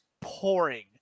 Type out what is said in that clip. pouring